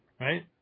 right